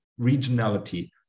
regionality